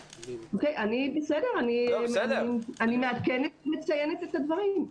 בסדר, אני מעדכנת ומציינת את הדברים.